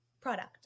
product